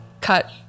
cut